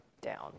down